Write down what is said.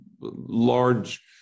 large